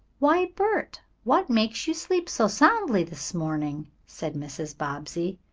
why, bert, what makes you sleep so soundly this morning? said mrs. bobbsey.